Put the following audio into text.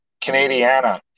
Canadiana